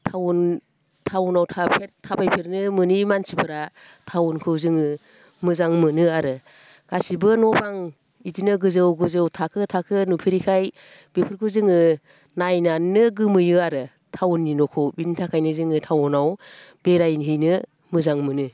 town टाउनाव थाफेर थाफेरफेरनो मोनि मानसिफोरा टाउनखौ जोङो मोजां मोनो आरो गासैबो न' बां इदिनो गोजौ गोजौ थाखो थाखो नुफेरिखाय बेफोरखौ जोङो नायनानैनो गोमोयो आरो टाउननि न'खौ बिनि थाखायनो जोङो टाउनाव बेरायहैनो मोजां मोनो